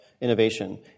innovation